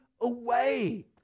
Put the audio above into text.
away